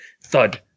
thud